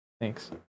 Thanks